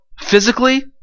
physically